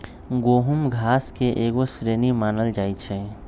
गेहूम घास के एगो श्रेणी मानल जाइ छै